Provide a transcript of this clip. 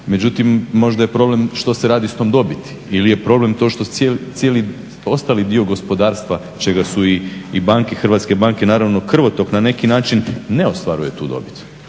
međutim možda je problem što se radi s tom dobiti ili je problem to što cijeli ostali dio gospodarstva čega su i banke, hrvatske banke i naravno krvotok na neki način ne ostvaruje tu dobit.